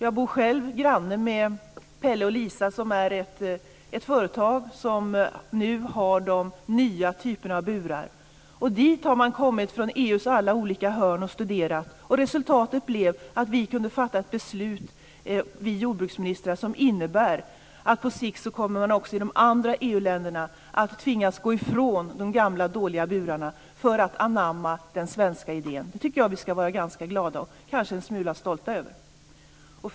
Jag bor själv granne med Pelle o. Lisa AB, ett företag som har de nya typerna av burar. Man har kommit dit från alla EU:s olika hörn och studerat dessa. Resultatet blev att vi jordbruksministrar kunde fatta ett beslut som innebär att man också i de andra EU-länderna på sikt kommer att tvingas gå ifrån de gamla och dåliga burarna för att anamma den svenska idén. Jag tycker att vi ska vara ganska glada och kanske en smula stolta över detta.